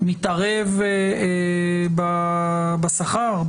מתערבים בשכר?